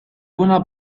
buona